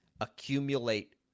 accumulate